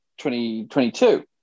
2022